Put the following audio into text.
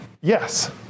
yes